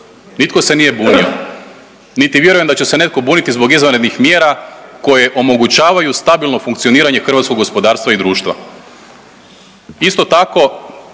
nitko se nije bunio, niti vjerujem da će se netko buniti zbog izvanrednih mjera koje omogućavaju stabilno funkcioniranje hrvatskog gospodarstva i društva. Isto tako